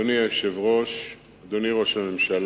אדוני היושב-ראש, אדוני ראש הממשלה,